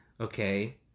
Okay